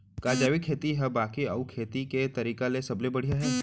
का जैविक खेती हा बाकी अऊ खेती के तरीका ले सबले बढ़िया हे?